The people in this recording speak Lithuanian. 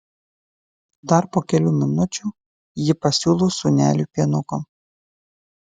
dar po kelių minučių ji pasiūlo sūneliui pienuko